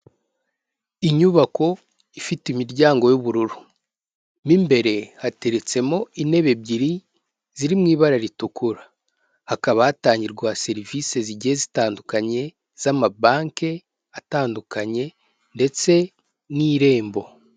Inyubako ifite imiryango y'ubururu, mo imbere hateretsemo intebe ebyiri ziri mu ibara ritukura, hakaba hatangirwa serivise zigiye zitandukanye z'amabanke atandukanye ndetse n'Irembo.